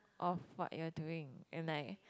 of what you are doing and like